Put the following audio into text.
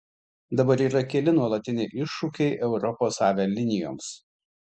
dabar yra keli nuolatiniai iššūkiai europos avialinijoms